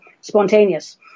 spontaneous